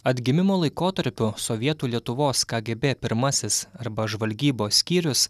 atgimimo laikotarpiu sovietų lietuvos kgb pirmasis arba žvalgybos skyrius